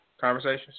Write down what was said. Conversations